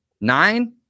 Nine